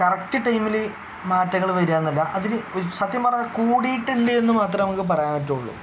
correct ടൈമിൽ മാറ്റങ്ങൾ വരികയാണെന്ന് അല്ല അതിൽ സത്യം പറഞ്ഞാൽ കൂടിയിട്ടുണ്ട് എന്ന് മാത്രമേ നമുക്ക് പറയാൻ പറ്റുകയുള്ളു